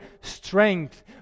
strength